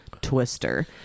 twister